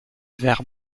vers